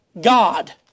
God